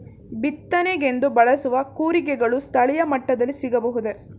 ಬಿತ್ತನೆಗೆಂದು ಬಳಸುವ ಕೂರಿಗೆಗಳು ಸ್ಥಳೀಯ ಮಟ್ಟದಲ್ಲಿ ಸಿಗಬಹುದೇ?